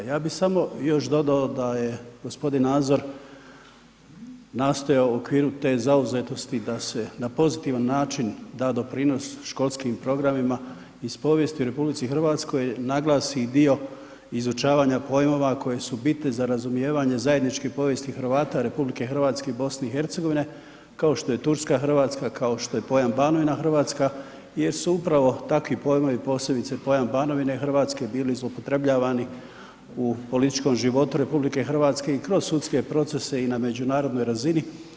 Ja bih samo još dodao da je gospodin Nazor nastojao u okviru te zauzetosti da se na pozitivan način da doprinos školskim programima iz povijesti u RH naglasi dio izučavanja pojmova koji bitni za razumijevanje zajedničke povijesti Hrvata RH i BiH kao što je Turska Hrvatska, kao što je pojam Banovina Hrvatska jer su upravo takvi pojmovi posebice pojam Banovine Hrvatske bili zloupotrjebljavani u političkom životu RH i kroz sudske procese i na međunarodnoj razini.